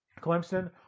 Clemson